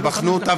ובחנו אותה,